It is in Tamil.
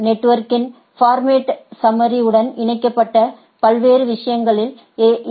நெட்வொர்க்கின் ஃபா்மேட் சம்மாி உடன் இணைக்கப்பட்ட பல்வேறு விஷயங்கள் ஏ